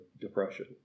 depression